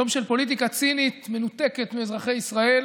יום של פוליטיקה צינית מנותקת מאזרחי ישראל.